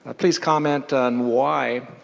ah please comment on why